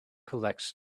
collects